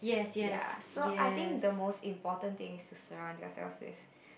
ya so I think the most important thing is surround yourself safe